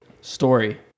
story